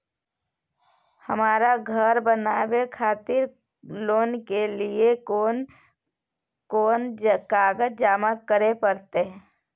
हमरा धर बनावे खातिर लोन के लिए कोन कौन कागज जमा करे परतै?